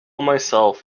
myself